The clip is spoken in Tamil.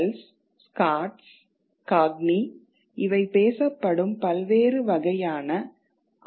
வெல்ச் ஸ்காட்ஸ் காக்னி இவை பேசப்படும் பல்வேறு வகையான ஆங்கிலம் ஆகும்